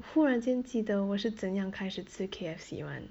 忽然间记得我是怎样开始吃 K_F_C [one]